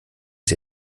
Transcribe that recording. sie